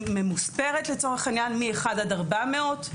ממוספרת מ-1 עד 400,